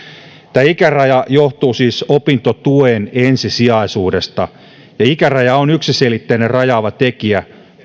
tämä ikäraja johtuu siis opintotuen ensisijaisuudesta ja ikäraja on yksiselitteinen rajaava tekijä